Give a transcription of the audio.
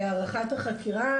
הארכת החקירה.